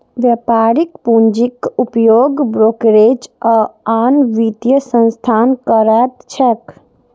व्यापारिक पूंजीक उपयोग ब्रोकरेज आ आन वित्तीय संस्थान करैत छैक